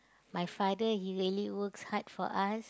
my father he really works hard for us